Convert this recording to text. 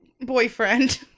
boyfriend